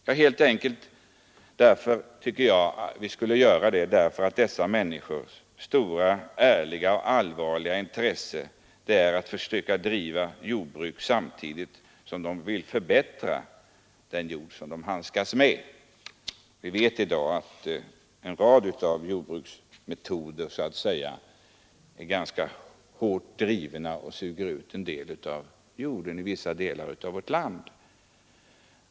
Jag tycker att vi borde göra det helt enkelt därför att dessa människors ärliga och allvarliga intresse är att försöka driva jordbruk och samtidigt förbättra den jord som de handskas med. Vi vet att många av jordbruksmetoderna i dag är hårt drivna och suger ut jorden i vissa delar av vårt land.